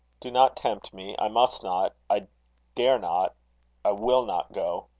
do not tempt me. i must not i dare not i will not go.